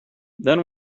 then